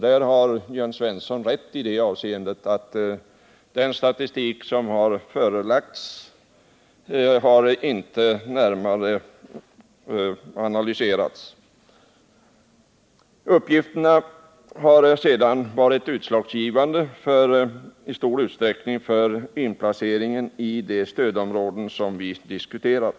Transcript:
Jörn Svensson har rätt i det avseendet att den statistik som förelagts inte har närmare analyserats. Uppgifterna har sedan i stor utsträckning varit utslagsgivande för inplaceringen i stödområde, vilket vi nu diskuterar.